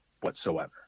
whatsoever